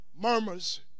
murmurs